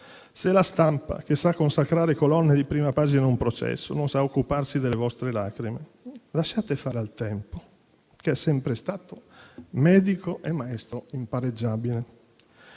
se la stampa, che sa consacrare colonne di prima pagina ad un processo, non sa occuparsi delle vostre lacrime. Lasciate fare al tempo, che è sempre stato medico e maestro impareggiabile.